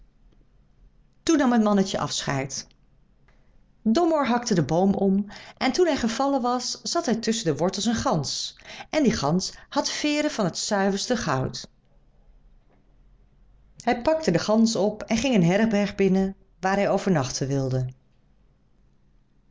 toen nam het mannetje afscheid domoor hakte den boom om en toen hij gevallen was zat er tusschen de wortels een gans en die gans had veêren van het zuiverste goud hij pakte de gans op en ging een herberg binnen waar hij overnachten wilde